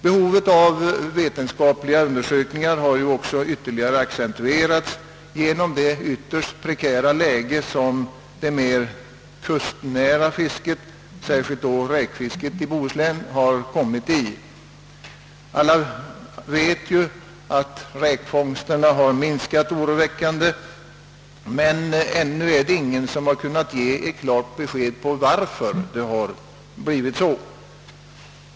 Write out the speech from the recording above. Behovet av vetenskapliga undersökningar har ju också ytterligare accentuerats genom det mycket prekära läge som det mera kustnära fisket — särskilt då räkfisket i Bohuslän — har kommit i, Alla vet ju att räkfångsterna har minskat oroväckande, men ännu har ingen kunnat ge ett klart besked om varför det har blivit så.